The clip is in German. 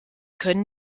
können